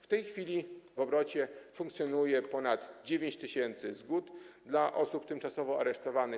W tej chwili w obrocie funkcjonuje ponad 9 tys. zgód dla osób tymczasowo aresztowanych.